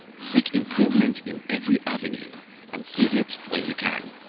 seek improvement in every avenue and seize it when you can.